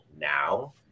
now